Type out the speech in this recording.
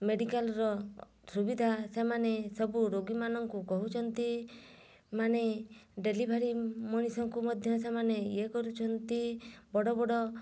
ମେଡ଼ିକାଲ୍ର ସୁବିଧା ସେମାନେ ସବୁ ରୋଗୀମାନଙ୍କୁ କହୁଛନ୍ତି ମାନେ ଡେଲିଭରି ମଣିଷକୁ ମଧ୍ୟ ସେମାନେ ଇଏ କରୁଛନ୍ତି ବଡ଼ ବଡ଼